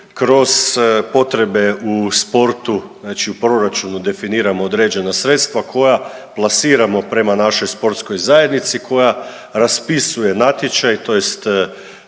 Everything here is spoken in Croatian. kroz potrebe u sportu znači u proračunu definiramo određena sredstva koja plasiramo prema našoj sportskoj zajednici koja raspisuje natječaj tj.